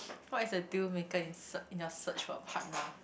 what is a deal maker in search in your search for partner